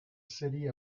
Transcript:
city